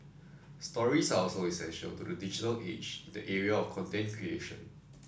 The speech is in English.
stories are also essential to the digital age in the area of content creation